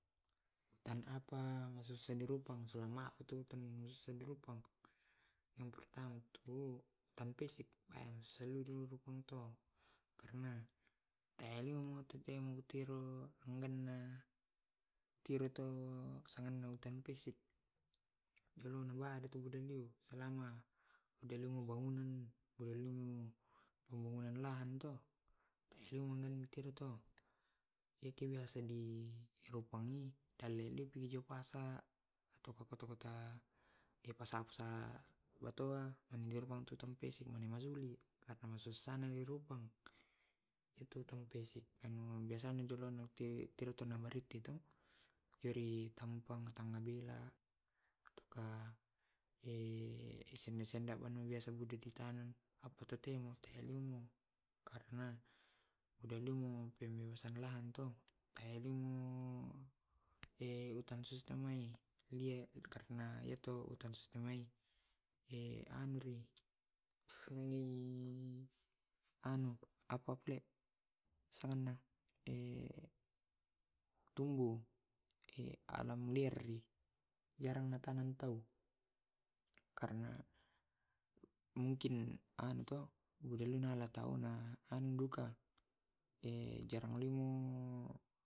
Utanapa ma susa di rupang sulang mak tu utan susa di rupang yang pertama tu tan pesik rupang to, karena taelo tearoto tanganna utan pisik selama delumu bangunan bolelaumo bangunan lahan to yeke biasa dirupangi dalele yopasa pasa pasa watoa malili karena masusana dirupang itu tanpesik tu ri tampang tangabila. apa tu temo te telumo karena budalumo pembebasan lahan to taelumo karna ya to anuri anu apa pule sangana alam liar'ri yarang na tau karna mungkin anu to buda luna lakatauna anduka jarang leu.